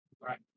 right